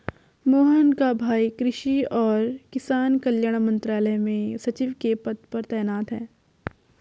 मोहन का भाई कृषि और किसान कल्याण मंत्रालय में सचिव के पद पर तैनात है